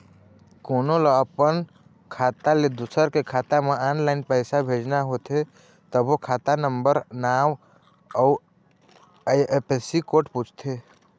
कोनो ल अपन खाता ले दूसर के खाता म ऑनलाईन पइसा भेजना होथे तभो खाता नंबर, नांव अउ आई.एफ.एस.सी कोड पूछथे